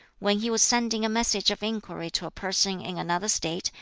when he was sending a message of inquiry to a person in another state,